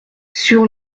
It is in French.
sur